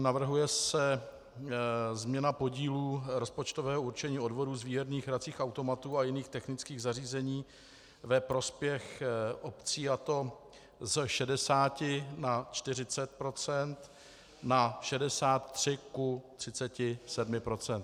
Navrhuje se změna podílu rozpočtového určení odvodů z výherních hracích automatů a jiných technických zařízení ve prospěch obcí, a to z 60 ku 40 % na 63 ku 37 %.